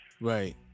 right